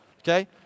okay